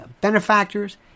benefactors